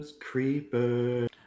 Creepers